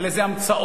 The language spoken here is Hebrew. על איזה המצאות.